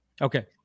okay